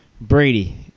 Brady